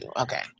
Okay